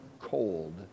cold